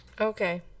Okay